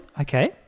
Okay